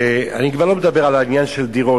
אני כבר לא מדבר על העניין של דירות,